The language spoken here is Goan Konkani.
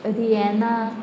रियेना